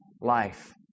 life